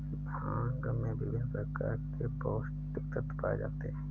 भांग में विभिन्न प्रकार के पौस्टिक तत्त्व पाए जाते हैं